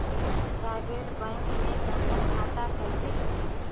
Private bank मे जन धन खाता कैसे खुली?